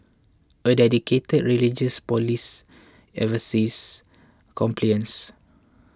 a dedicated religious police oversees compliance